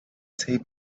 taped